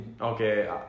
Okay